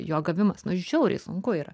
jo gavimas nu žiauriai sunku yra